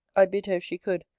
i bid her, if she could,